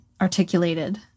articulated